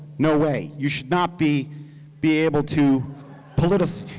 no way, you should not be be able to politicize